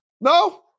No